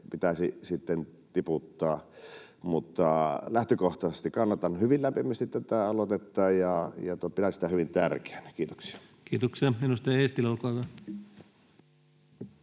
pitäisi sitten tiputtaa. Lähtökohtaisesti kannatan hyvin lämpimästi tätä aloitetta ja pidän sitä hyvin tärkeänä. — Kiitoksia. [Speech 53] Speaker: